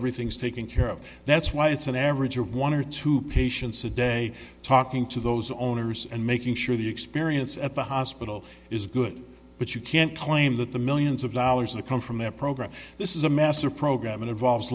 everything's taken care of that's why it's an average of one or two patients a day talking to those owners and making sure the experience at the hospital is good but you can't claim that the millions of dollars that come from their program this is a massive program involves